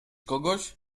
kogoś